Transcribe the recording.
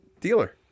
dealer